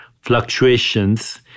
fluctuations